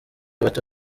bato